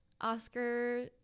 Oscar